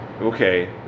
Okay